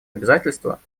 обязательства